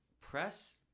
press